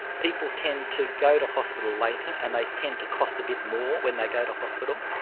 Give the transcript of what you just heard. people tend to go to hospital later and they tend to cost a bit more when they go to hospital,